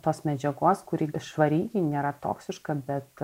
tos medžiagos kuri švari ji nėra toksiška bet